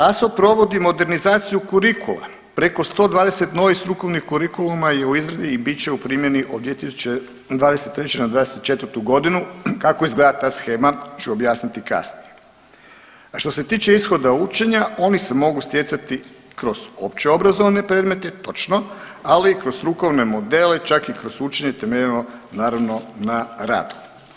ASO provodi modernizaciju kurikula, preko 120 novih strukovnih kurikuluma je u izradi i bit će u primjeni od 2023. na '24.g., kako izgleda ta shema ću objasniti kasnije, a što se tiče ishoda učenja oni se mogu stjecati kroz opće obrazovne predmete točno, ali i kroz strukovne modele, čak i kroz učenje temeljeno naravno na radu.